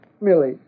Millie